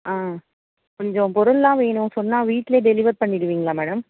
ஆ கொஞ்சம் பொருள்லாம் வேணும் சொன்னால் வீட்டிலேயே டெலிவர் பண்ணிடுவிங்களா மேடம்